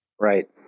Right